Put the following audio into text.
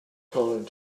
calling